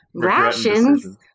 rations